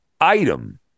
item